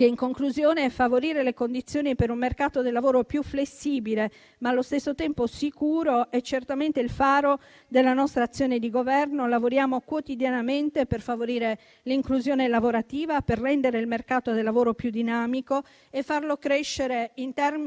in conclusione, che favorire le condizioni per un mercato del lavoro più flessibile, ma allo stesso tempo sicuro, è certamente il faro della nostra azione di governo. Lavoriamo quotidianamente per favorire l'inclusione lavorativa, per rendere il mercato del lavoro più dinamico e per farlo crescere in termini di qualità.